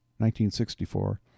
1964